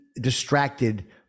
Distracted